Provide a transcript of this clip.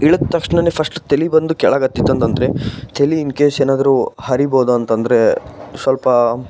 ಇಳ್ದ ತಕ್ಷಣನೆ ಫಶ್ಟ್ ತಲೆ ಬಂದು ಕೆಳಗೆ ಹತ್ತಿತ್ತಂದಂದ್ರೇ ತಲೆ ಇನ್ ಕೇಸ್ ಏನಾದರೂ ಹರಿಬೋದ ಅಂತ ಅಂದ್ರೆ ಸ್ವಲ್ಪ